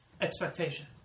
Expectation